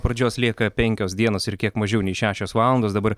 pradžios lieka penkios dienos ir kiek mažiau nei šešios valandos dabar